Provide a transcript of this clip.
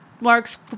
Mark's